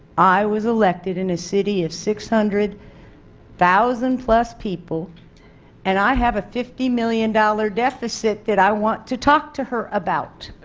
i was elected in a city of six hundred thousand people and i have a fifty million dollars deficit that i want to talk to her about